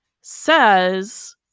says